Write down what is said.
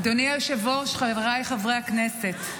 אדוני היושב-ראש, חבריי חברי הכנסת,